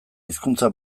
hizkuntza